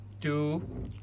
two